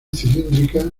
cilíndrica